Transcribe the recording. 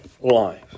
life